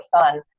son